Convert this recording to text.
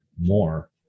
more